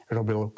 Robil